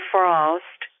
Frost